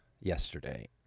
yesterday